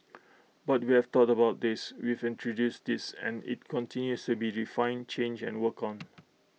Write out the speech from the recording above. but we have thought about these we've introduced these and IT continues to be refined changed and worked on